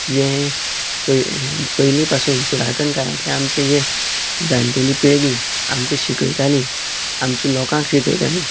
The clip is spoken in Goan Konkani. जें पयलें पयली पासून पुरातन काळांतलें आमचें जें जाण्टेली पिळगी आमकां शिकयताली आमचे लोकांक शिकयताली